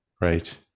right